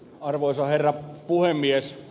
arvoisa herra puhemies